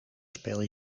speel